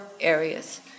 areas